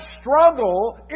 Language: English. struggle